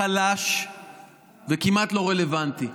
חלש וכמעט לא רלוונטי.